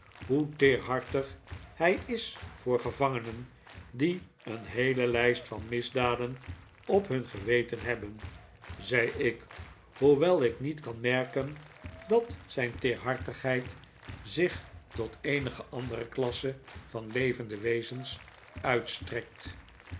hoe teerhartig hij is voor gevangenen die een heele lijst van misdaden op hun geweten hebben zei ik hoewel ik niet kan merken dat zijn teerhartigheid zich tot eenige andere klasse van levende wezens uitstrekt